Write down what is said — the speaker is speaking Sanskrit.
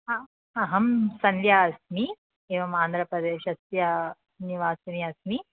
अहं सन्द्या अस्मि एवमान्ध्रप्रदेशस्य निवासिनी अस्मि